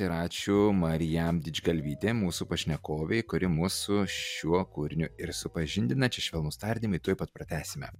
ir ačiū marijam didžgalvytei mūsų pašnekovei kuri mus su šiuo kūriniu ir supažindina čia švelnūs tardymai tuoj pat pratęsime